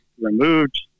removed